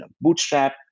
bootstrap